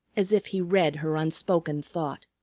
as if he read her unspoken thought.